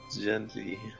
gently